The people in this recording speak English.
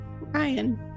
ryan